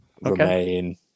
remain